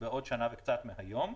בעוד שנה וקצת מהיום,